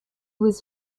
was